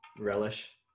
relish